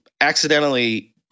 accidentally